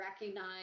recognize